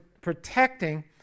protecting